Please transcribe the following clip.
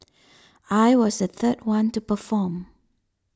I was the third one to perform